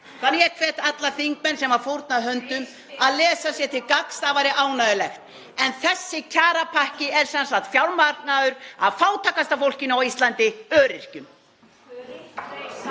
Þannig að ég hvet alla þingmenn sem fórna höndum að lesa sér til gagns. Það væri ánægjulegt. En þessi kjarapakki er sem sagt fjármagnaður af fátækasta fólkinu á Íslandi, öryrkjum.